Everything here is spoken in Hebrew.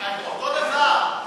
אותו דבר,